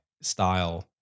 style